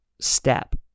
step